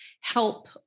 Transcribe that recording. help